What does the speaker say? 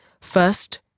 First